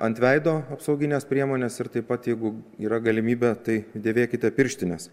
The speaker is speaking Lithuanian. ant veido apsaugines priemones ir taip pat jeigu yra galimybė tai dėvėkite pirštines